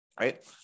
Right